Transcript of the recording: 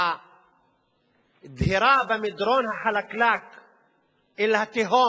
את הדהירה במדרון החלקלק אל התהום